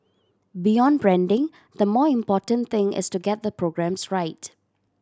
beyond branding the more important thing is to get the programmes right